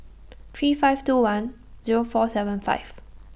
three five two one Zero four seven five